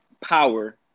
power